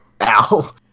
Ow